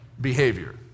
behavior